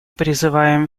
призываем